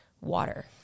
water